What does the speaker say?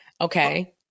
okay